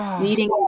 meeting